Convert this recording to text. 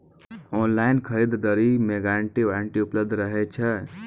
Online खरीद दरी मे गारंटी वारंटी उपलब्ध रहे छै?